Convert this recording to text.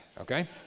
okay